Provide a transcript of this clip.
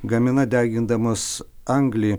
gamina degindamos anglį